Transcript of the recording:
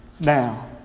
Now